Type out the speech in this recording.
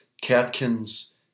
Catkins